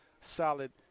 solid